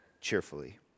cheerfully